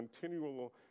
continual